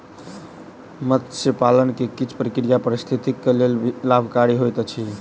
मत्स्य पालन के किछ प्रक्रिया पारिस्थितिकी के लेल लाभकारी होइत अछि